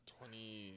Twenty